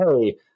Hey